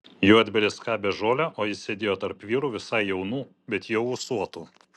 juodbėris skabė žolę o jis sėdėjo tarp vyrų visai jaunų bet jau ūsuotų